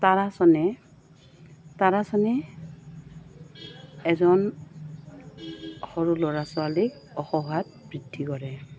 তাৰাসনে তাৰাসনে এজন সৰু ল'ৰা ছোৱালীক ওখ হোৱাত বৃদ্ধি কৰে